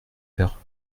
faire